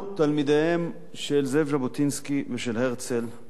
תלמידיהם של זאב ז'בוטינסקי ושל הרצל,